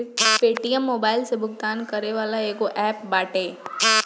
Paytm mobile से भुगतान करे वाला एगो एप्प बाटे